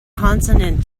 consonant